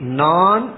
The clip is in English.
non